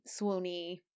swoony